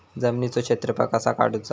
जमिनीचो क्षेत्रफळ कसा काढुचा?